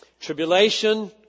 tribulation